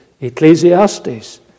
Ecclesiastes